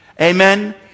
Amen